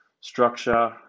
structure